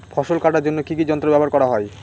ফসল কাটার জন্য কি কি যন্ত্র ব্যাবহার করা হয়?